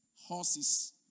horses